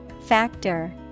Factor